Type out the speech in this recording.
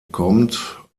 kommt